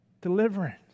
deliverance